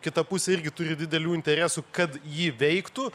kita pusė irgi turi didelių interesų kad ji veiktų